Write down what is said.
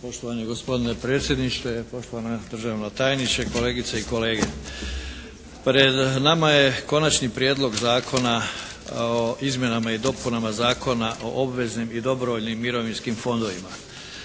Poštovani gospodine predsjedniče, poštovani državni tajniče, kolegice i kolege. Pred nama je Konačni prijedlog Zakona o izmjenama i dopunama Zakona o obveznim i dobrovoljnim mirovinskim fondovima.